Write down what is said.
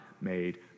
made